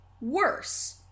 worse